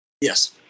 Yes